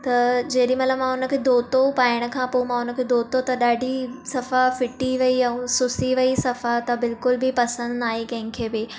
त जेॾी महिल मां उनखे धोतो पाइण खां पोइ मां उनखे धोतो त ॾाढी सफ़ा फिटी वई ऐं सुसी वई सफ़ा त बिल्कुलु बि पसंदि न आई कंहिंखे बि